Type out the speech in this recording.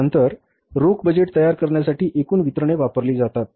त्यानंतर रोख बजेट तयार करण्यासाठी एकूण वितरणे वापरली जातात